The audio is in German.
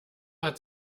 hat